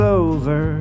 over